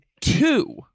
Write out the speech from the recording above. two